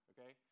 Okay